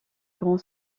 grand